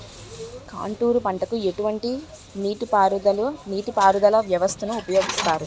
Contour పంటకు ఎటువంటి నీటిపారుదల వ్యవస్థను ఉపయోగిస్తారు?